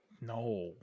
No